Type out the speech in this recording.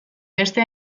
beste